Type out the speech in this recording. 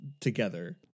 together